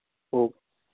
ஓ